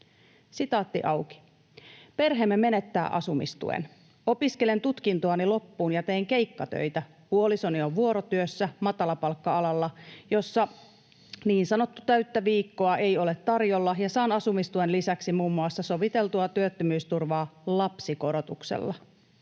helppoa.” ”Perheemme menettää asumistuen. Opiskelen tutkintoani loppuun ja teen keikkatöitä, puolisoni on vuorotyössä matalapalkka-alalla, jossa niin sanottua täyttä työviikkoa ei ole tarjolla, ja saa asumistuen lisäksi muun muassa soviteltua työttömyysturvaa lapsikorotuksella.